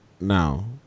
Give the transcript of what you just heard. now